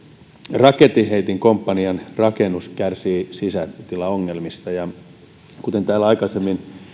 raketinheitinkomppanian rakennus kärsii sisätilaongelmista kuten täällä aikaisemmin